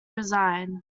resign